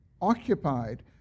occupied